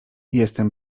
jestem